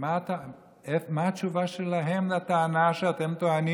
מה התשובה שלהם לטענה שאתם טוענים